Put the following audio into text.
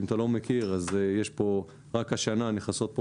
אם אתה לא מכיר אז רק השנה נכנסות לפה